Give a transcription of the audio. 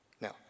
Now